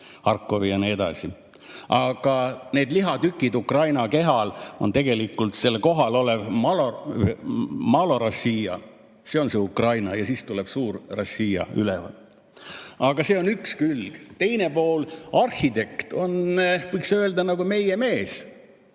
Harkov ja nii edasi. Aga need lihatükid Ukraina kehal on tegelikult selle kohal olev Malorossija. See on see Ukraina, ja siis tuleb suur-Rossija üleval. Aga see on üks külg. Teine külg, [selle] arhitekt on, võiks öelda, meie mees.